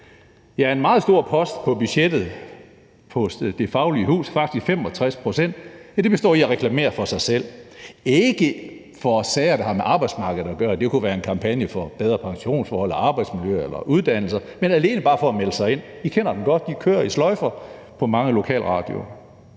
på? En meget stor post på budgettet, faktisk 65 pct., hos Det Faglige Hus består i at reklamere for sig selv, ikke for sager, der har med arbejdsmarkedet at gøre – det kunne være en kampagne for bedre pensionsforhold og arbejdsmiljø eller for uddannelser – men alene for at få folk til at melde sig ind. Vi kender godt reklamerne, de kører i sløjfer på mange lokalradioer.